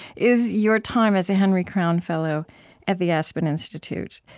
is your time as a henry crown fellow at the aspen institute.